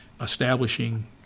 Establishing